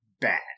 bad